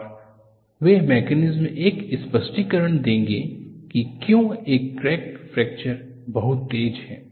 और वे मैकेनिज्म एक स्पष्टीकरण देंगे कि क्यों एक क्रैक फ्रैक्चर बहुत तेज है